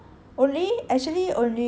only actually only